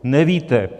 Nevíte.